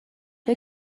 فکر